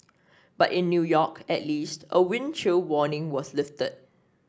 but in New York at least a wind chill warning was lifted